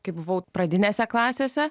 kai buvau pradinėse klasėse